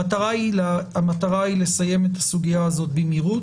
המטרה היא לסיים את הסוגיה הזו במהירות.